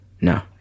No